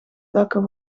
takken